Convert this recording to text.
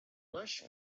lush